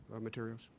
materials